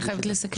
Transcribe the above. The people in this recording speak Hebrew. אני חייבת לסכם.